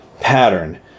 pattern